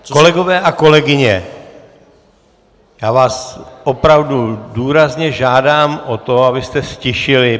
Kolegové a kolegyně, já vás opravdu důrazně žádám o to, abyste se ztišili.